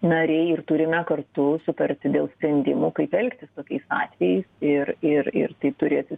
nariai ir turime kartu sutarti dėl sprendimų kaip elgtis tokiais atvejais ir ir ir tai turėti